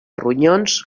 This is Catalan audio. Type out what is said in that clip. ronyons